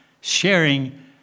sharing